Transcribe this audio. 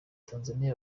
tanzaniya